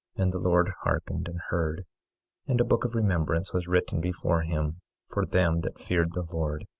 and the lord hearkened and heard and a book of remembrance was written before him for them that feared the lord,